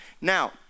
Now